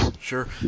sure